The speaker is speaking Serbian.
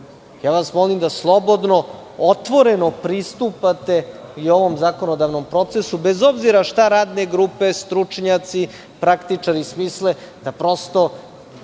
vas molim da slobodno, otvoreno pristupate i ovom zakonodavnom procesu, bez obzira šta radne grupe, stručnjaci, praktičari smisle, da, prosto,